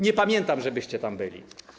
Nie pamiętam, żebyście tam byli.